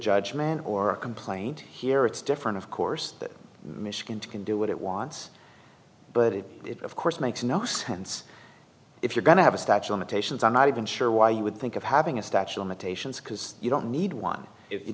judgment or a complaint here it's different of course that michigan can do what it wants but it of course makes no sense if you're going to have a statue imitations i'm not even sure why you would think of having a statue limitations because you don't need one if you